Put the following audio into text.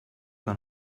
que